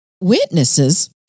Witnesses